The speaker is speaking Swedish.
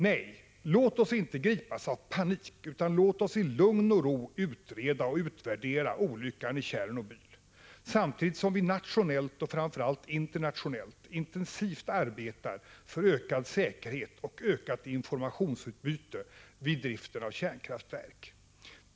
Nej, låt oss inte gripas av panik utan låt oss i lugn och ro utreda och utvärdera olyckan i Tjernobyl samtidigt som vi nationellt och framför allt internationellt intensivt arbetar för ökad säkerhet och ökat informationsutbyte vid driften av kärnkraftverk.